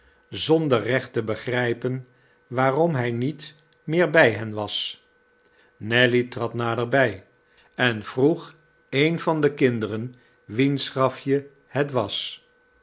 zonder recht te begrijpen waarom hij niet meer bij hen was nelly trad naderbij en vroeg een van de kinderen wiens grafje het was